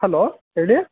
hello ಹೇಳಿ